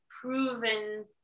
proven